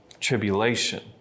tribulation